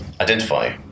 identify